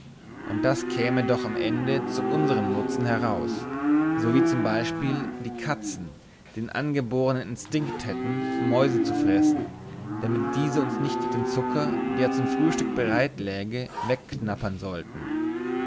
und das käme doch am ende zu unserm nutzen heraus so wie z b die katzen den angebornen instinkt hätten mäuse zu fressen damit diese uns nicht den zucker der zum frühstück bereit läge wegknappern sollten